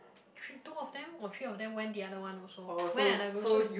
three two of them or three of them went the other one also went another group so is